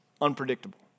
unpredictable